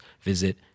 visit